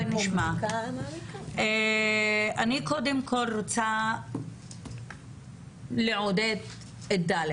אני קודם כל רוצה לעודד את ד',